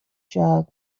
jug